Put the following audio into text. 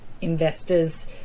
investors